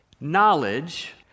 Knowledge